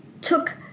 took